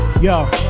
yo